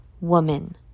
woman